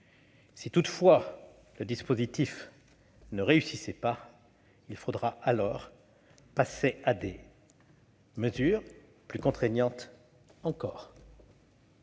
Si ce dispositif ne réussissait pas, il faudrait alors passer à des mesures plus contraignantes encore.